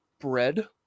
bread